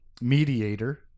mediator